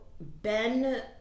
Ben